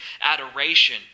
adoration